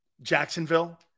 Jacksonville